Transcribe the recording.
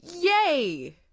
Yay